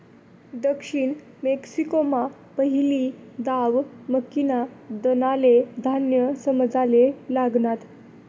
दक्षिण मेक्सिकोमा पहिली दाव मक्कीना दानाले धान्य समजाले लागनात